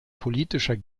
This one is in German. politischer